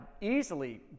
easily